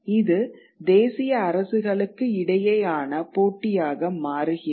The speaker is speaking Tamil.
இது தேசிய அரசுகளுக்கு இடையேயான போட்டியாக மாறுகிறது